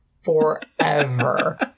forever